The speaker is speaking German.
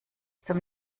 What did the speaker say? zum